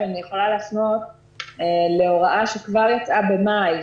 אבל אני יכולה להפנות להוראה שכבר יצאה במאי,